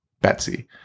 Betsy